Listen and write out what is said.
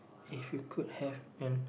if you could have an